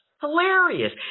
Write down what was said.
hilarious